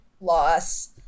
loss